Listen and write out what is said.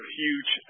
huge